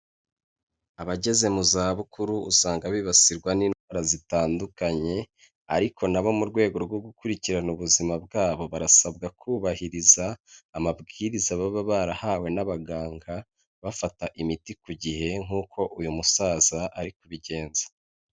Abageze mu zabukuru usanga bibasirwa n'indwara zitandukanye ariko na bo mu rwego rwo gukurikirana ubuzima bwabo barasabwa kubahiriza amabwiriza baba barahawe n'abaganga, bafata imiti ku gihe nkuko uyu musaza ari kubigenza.